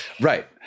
right